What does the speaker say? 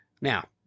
Now